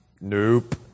Nope